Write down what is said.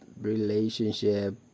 relationship